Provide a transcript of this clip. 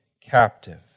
captive